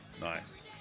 Nice